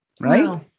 Right